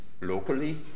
locally